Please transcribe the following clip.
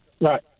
Right